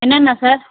என்னென்ன சார்